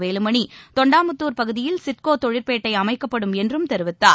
வேலுமணி தொண்டாமுத்தூர் பகுதியில் சிட்கோ தொழிற்பேட்டை அமைக்கப்படும் என்றும் தெரிவித்தார்